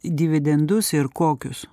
dividendus ir kokius